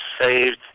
saved